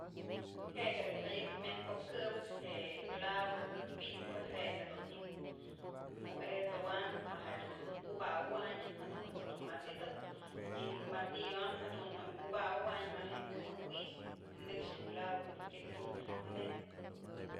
Je'e jedun jayëp myaj ko'op këb je'e clavo jëj pi'itpë je'e jedun ji'im kuet'sëwaym ma jedun kubawewayn jadunt's jedu mat'sitëp y je'e martillo am jadun je'e kubawëbayn më je'e kumëwynën y nëkxë je'e clavo dun tyëkënyë më je'e madera.